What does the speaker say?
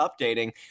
updating